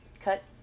cut